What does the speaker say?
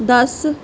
ਦਸ